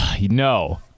No